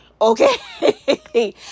okay